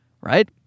right